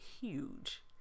huge